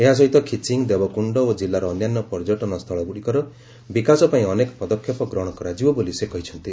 ଏହା ସହିତ ଖିଚିଂ ଦେବକୁଣ୍ଡ ଓ କିଲ୍ଲାର ଅନ୍ୟ ପର୍ଯ୍ୟଟନ ସ୍ଥିଳୀଗୁଡ଼ିକର ବିକାଶପାଇଁ ଅନେକ ପଦକ୍ଷେପ ଗ୍ରହଶ କରାଯିବ ବୋଲି ସେ କହିଛନ୍ତି